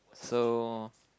so